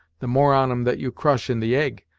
the more on em that you crush in the egg,